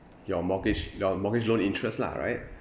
your mortgage your mortgage loan interest lah right